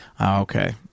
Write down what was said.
Okay